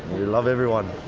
we love everyone.